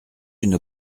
une